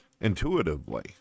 intuitively